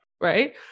right